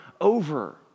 over